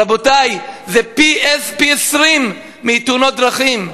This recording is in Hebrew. רבותי, זה פי-20 מתאונות דרכים.